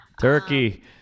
Turkey